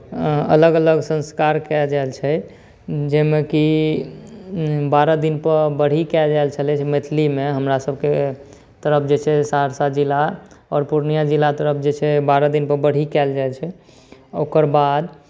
अलग अलग संस्कार कएल जाइ छै जाहिमे कि बारह दिनपर बरही कएल जाइ छलै जे मैथिलीमे हमरा सबके तरफ जे छै से सहरसा जिला आओर पूर्णिया जिला तरफ जे छै बारह दिनपर बरही कएल जाइ छै ओकर बाद